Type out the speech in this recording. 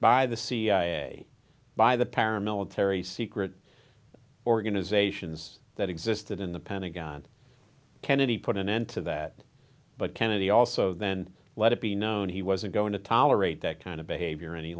by the cia by the paramilitary secret organizations that existed in the pentagon kennedy put an end to that but kennedy also then let it be known he wasn't going to tolerate that kind of behavior any